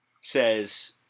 says